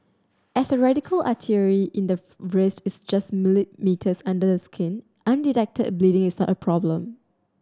as the radial artery in the wrist is just millimetres under the skin undetected bleeding is a problem